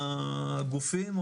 הגופים,